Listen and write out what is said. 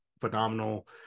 phenomenal